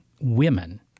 women